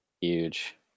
Huge